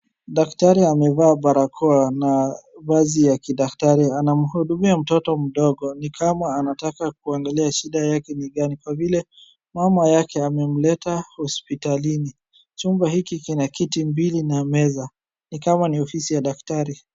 Daktari amevaa barakoa na vazi ya kidaktari. Anamhudumia mtoto mdogo. Ni kama anataka kuangalia shida yake ni gani kwa vile mama yake amemleta hospitalini. Chumba hiki kina kiti mbili na meza, ni kama ni ofisi ya daktari.